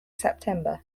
september